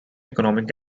economic